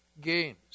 games